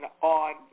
on